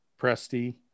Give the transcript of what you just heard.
Presti